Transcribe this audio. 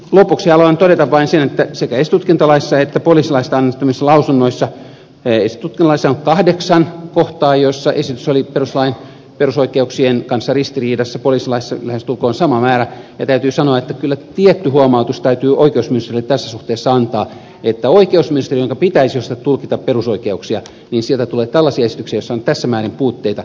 lopuksi haluan todeta vain sen sekä esitutkintalaista että poliisilaista annetuista lausunnoista että esitutkintalaissa oli sellaista missä lausunnoissa esitutkinnassa on kahdeksan kohtaa joissa esitys oli perustuslain perusoikeuksien kanssa ristiriidassa poliisilaissa lähestulkoon sama määrä ja täytyy sanoa että kyllä tietty huomautus täytyy oikeusministeriölle tässä suhteessa antaa että oikeusministeriöstä jonka pitäisi osata tulkita perusoikeuksia tulee tällaisia esityksiä joissa on tässä määrin puutteita